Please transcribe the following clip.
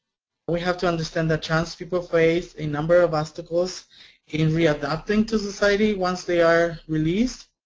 we have to understand that trans people face a number of obstacles in re-adapting to society once they are released,